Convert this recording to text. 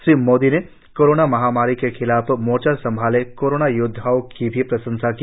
श्री मोदी ने कोरोना महामारी के खिलाफ मोर्चा संभाले कोरोना योद्वाओं की भी प्रशंसा की